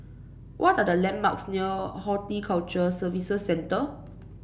what are the landmarks near Horticulture Services Centre